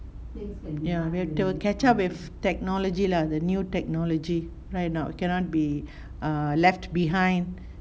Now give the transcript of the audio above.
ya we have to catch up with technology lah the new technology right a not cannot be err left behind